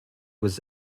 was